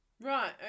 Right